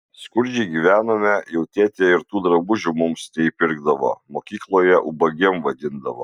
skurdžiai gyvenome jau tėtė ir tų drabužių mums neįpirkdavo mokykloje ubagėm vadindavo